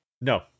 No